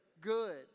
good